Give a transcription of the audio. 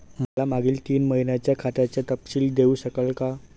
मला मागील तीन महिन्यांचा खात्याचा तपशील देऊ शकाल का?